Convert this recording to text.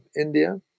India